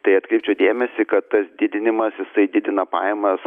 tai atkreipčiau dėmesį kad tas didinimas jisai didina pajamas